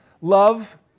Love